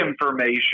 information